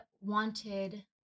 wanted